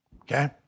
Okay